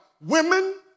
women